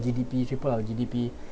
G_D_P triple our G_D_P